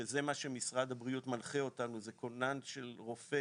אין פערים.